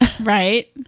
Right